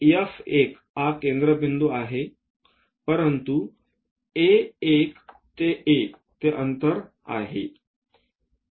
तर F1 हा केंद्रबिंदू आहे परंतु A1 A ते अंतर आहे